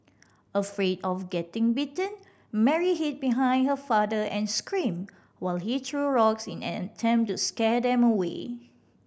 afraid of getting bitten Mary hid behind her father and screamed while he threw rocks in an attempt to scare them away